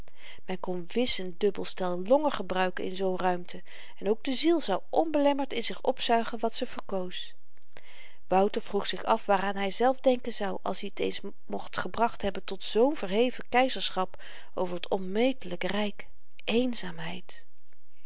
men kon wis n dubbel stel longen gebruiken in zoo'n ruimte en ook de ziel zou onbelemmerd in zich opzuigen wat ze verkoos wouter vroeg zich af waaraan hyzelf denken zou als i t eens mocht gebracht hebben tot zoo'n verheven keizerschap over t onmetelyk ryk eenzaamheid